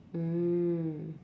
mm